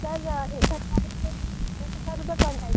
sir एक हज़ार रुपये एक हज़ार रुपये पर नाइट